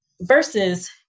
versus